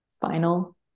final